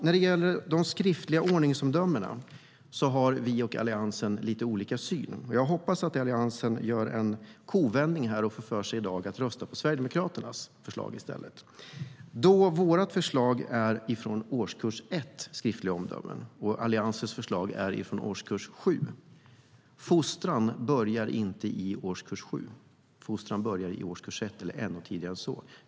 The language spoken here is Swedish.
När det gäller de skriftliga ordningsomdömena har vi och Alliansen lite olika syn. Jag hoppas att Alliansen gör en kovändning och får för sig i dag att i stället rösta på Sverigedemokraternas förslag, då vårt förslag är skriftliga omdömen från årskurs 1 medan Alliansens förslag är skriftliga omdömen från årskurs 7. Fostran börjar inte i årskurs 7. Fostran börjar i årskurs 1 eller ännu tidigare än så.